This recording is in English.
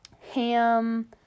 ham